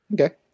Okay